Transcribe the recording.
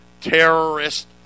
terrorist